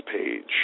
page